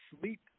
sleep